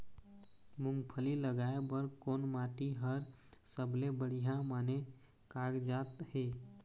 मूंगफली लगाय बर कोन माटी हर सबले बढ़िया माने कागजात हे?